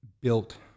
built